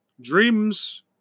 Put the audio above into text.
dreams